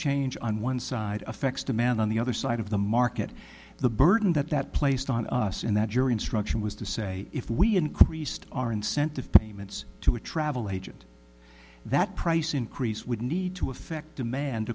change on one side affects demand on the other side of the market the burden that that placed on us in that jury instruction was to say if we increased our incentive payments to a travel agent that price increase would need to affect demand